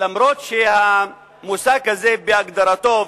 אף שהמושג הזה בהגדרתו,